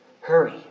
Hurry